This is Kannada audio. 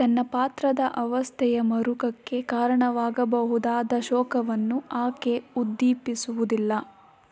ತನ್ನ ಪಾತ್ರದ ಅವಸ್ಥೆಯ ಮರುಕಕ್ಕೆ ಕಾರಣವಾಗಬಹುದಾದ ಶೋಕವನ್ನು ಆಕೆ ಉದ್ದೀಪಿಸುವುದಿಲ್ಲ